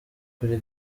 kuri